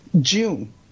June